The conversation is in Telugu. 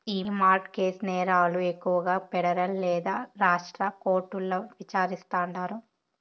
ఈ మార్ట్ గేజ్ నేరాలు ఎక్కువగా పెడరల్ లేదా రాష్ట్ర కోర్టుల్ల విచారిస్తాండారు